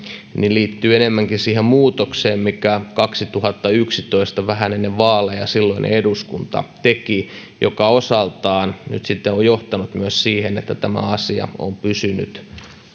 liittyy enemmänkin siihen muutokseen minkä kaksituhattayksitoista vähän ennen vaaleja silloinen eduskunta teki ja mikä osaltaan nyt sitten on johtanut myös siihen että tämä asia on pysynyt